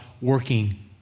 working